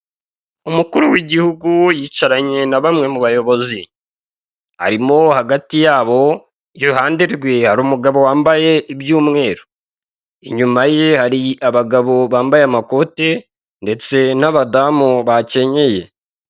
Umukuru w'igihugu yicaranye na bamwe mu bayobozi. Arimo hagati yabo iruhande rwe hari umugabo wambaye iby'umweru. Inyuma ye hari abagabo bambaye amakote ndetse n'abadamu bakenyeye.